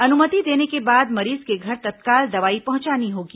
अनुमति देने के बाद मरीज के घर तत्काल दवाई पहुंचानी होगी